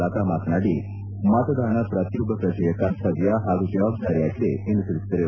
ಲತಾ ಮಾತನಾಡಿ ಮತದಾನ ಪ್ರತಿಯೊಬ್ಬ ಪ್ರಜೆಯ ಕರ್ತವ್ಯ ಹಾಗೂ ಜವಾಬ್ದಾರಿಯಾಗಿದೆ ಎಂದು ತಿಳಿಸಿದರು